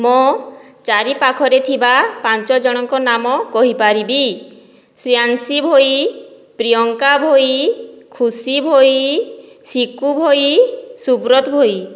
ମୋ ଚାରିପାଖରେ ଥିବା ପାଞ୍ଚ ଜଣଙ୍କ ନାମ କହିପାରିବି ଶ୍ରେୟାନ୍ସି ଭୋଇ ପ୍ରିୟଙ୍କା ଭୋଇ ଖୁସି ଭୋଇ ଶିକୁ ଭୋଇ ସୁବ୍ରତ ଭୋଇ